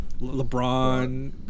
LeBron